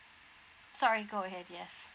sorry go ahead yes